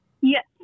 Yes